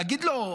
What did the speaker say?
להגיד לו: